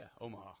Omaha